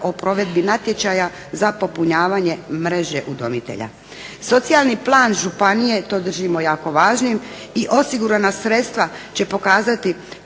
o provedbi natječaja za popunjavanje mreže udomitelja. Socijalni plan županije to držimo jako važnim i osigurana sredstva će pokazati